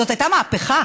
זאת הייתה מהפכה.